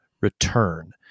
return